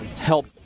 help –